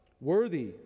worthy